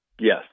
Yes